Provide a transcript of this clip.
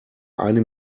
eine